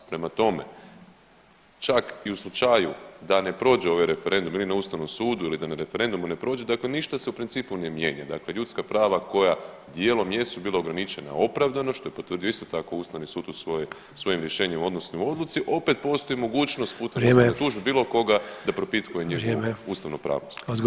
Prema tome, čak i u slučaju da ne prođe ovaj referendum ili na ustavnom sudu ili da na referendumu ne prođe dakle ništa se u principu ne mijenja, dakle ljudska prava koja dijelom jesu bila ograničena opravdano, što je potvrdio isto tako ustavni sud u svojem rješenju odnosno u odluci, opet postoji mogućnost [[Upadica Sanader: Vrijeme.]] putem ustavne tužbe bilo koga da propitkuje njegovu ustavopravnost.